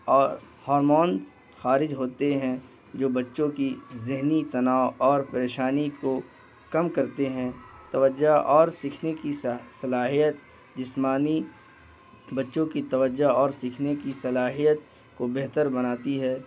اور ہارمونس خارج ہوتے ہیں جو بچوں کی ذہنی تناؤ اور پریشانی کو کم کرتے ہیں توجہ اور سیکھنے کی صلاحیت جسمانی بچوں کی توجہ اور سیکھنے کی صلاحیت کو بہتر بناتی ہے